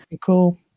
cool